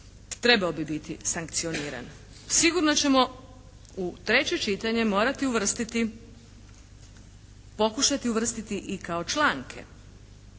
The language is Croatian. trebao bi biti sankcioniran. Sigurno ćemo u treće čitanje morati uvrstiti, pokušati uvrstiti i kao članke